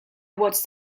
watched